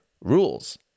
rules